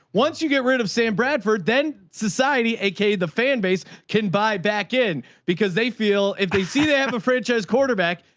once you get rid of sam bradford, then society ak, the fan base can buy back in because they feel, if they see the ampa franchise quarterback,